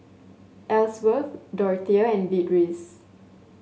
Ellsworth Dorthea and Beatrice